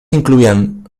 incluían